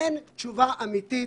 אין תשובה אמיתית,